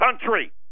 country